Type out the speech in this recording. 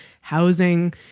housing